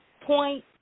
point